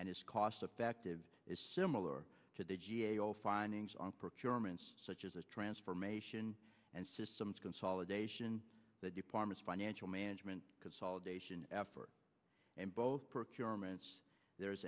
and is cost effective is similar to the g a o findings on procurement such as a transformation and systems consolidation the department's financial management consolidation effort and both procurement there is